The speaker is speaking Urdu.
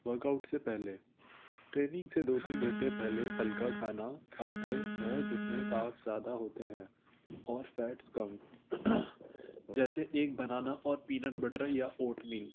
ورک آؤٹ سے پہلے ٹرینگ سے دو تین گھنٹے پہلے ہلکا کھانا کھاتے ہیں جس میں کااب زیادہ ہوتے ہیں اور فیٹس کم جیسے ایک بنانا اور پینٹ بٹر یا اوٹ مل